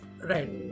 Right